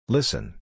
Listen